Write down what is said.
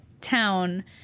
town